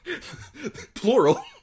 Plural